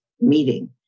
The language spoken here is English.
meeting